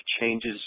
changes